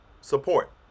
support